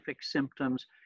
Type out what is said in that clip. symptoms